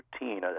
routine